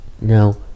Now